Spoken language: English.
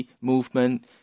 movement